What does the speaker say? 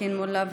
פטין מולא,